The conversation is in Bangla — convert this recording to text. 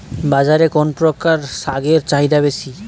বাজারে কোন প্রকার শাকের চাহিদা বেশী?